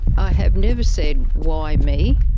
i have never said why me,